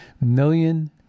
million